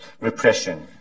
repression